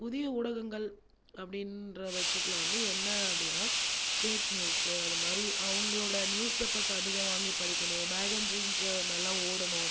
புதிய ஊடகங்கள் அப்படின்ற பட்சத்தில் வந்து என்ன அப்படினா ஃபேக் நியூஸ் அது மாதிரி அவங்களோடய நியூஸ் பேப்பர்ஸ் அதிகம் வாங்கி படிக்கணும் மேகஸின்ஸ் நல்ல ஓடணும்